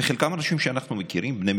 לעצמכם, אתם מנותקים שרואים רק את